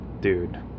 dude